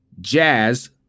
jazz